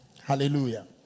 Hallelujah